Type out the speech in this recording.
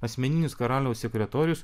asmeninis karaliaus sekretorius